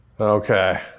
okay